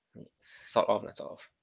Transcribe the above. sort of lah sort of